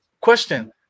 Question